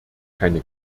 keine